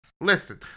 Listen